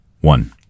One